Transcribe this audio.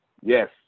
Yes